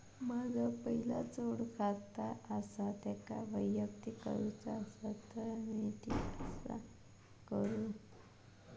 माझा पहिला जोडखाता आसा त्याका वैयक्तिक करूचा असा ता मी कसा करू?